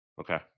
Okay